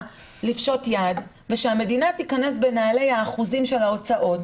לפשוט יד ושהמדינה תיכנס בנעלי האחוזים של ההוצאות,